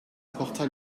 apporta